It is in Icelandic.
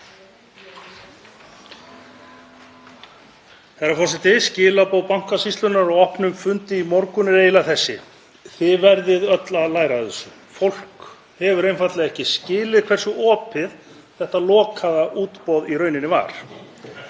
Herra forseti. Skilaboð Bankasýslunnar á opnum fundi í morgun eru eiginlega þessi: Þið verðið öll að læra af þessu. Fólk hefur einfaldlega ekki skilið hversu opið þetta lokaða útboð í rauninni var.